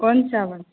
कोन चाबल